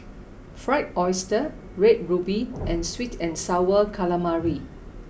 Fried Oyster Red Ruby and Sweet and Sour Calamari